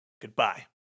Goodbye